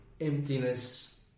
emptiness